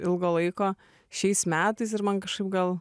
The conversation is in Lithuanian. ilgo laiko šiais metais ir man kažkaip gal